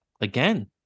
again